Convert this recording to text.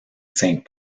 saint